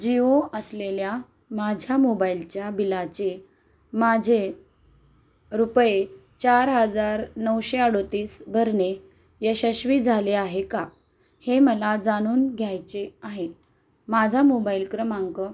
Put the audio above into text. जिओ असलेल्या माझ्या मोबाइलच्या बिलाचे माझे रुपये चार हजार नऊशे अडतीस भरणे यशस्वी झाले आहे का हे मला जाणून घ्यायचे आहे माझा मोबाइल क्रमांक